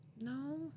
No